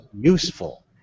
useful